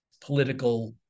political